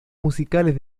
musicales